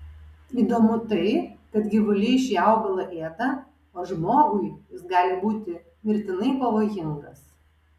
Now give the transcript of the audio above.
įdomu tai kad gyvuliai šį augalą ėda o žmogui jis gali būti mirtinai pavojingas